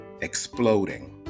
exploding